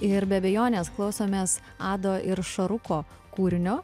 ir be abejonės klausomės ado ir šaruko kūrinio